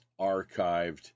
archived